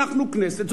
אנחנו כנסת,